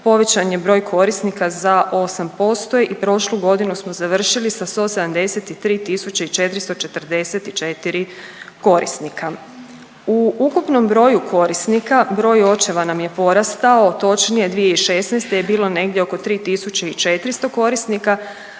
povećan je broj korisnika za 8% i prošlu godinu smo završili sa 173.444 korisnika. U ukupnom broju korisnika, broj očeva nam je porastao, točnije 2016. je bilo negdje oko 3.400 korisnika,